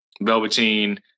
Velveteen